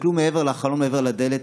תסתכלו מעבר לחלון, מעבר לדלת.